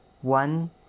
one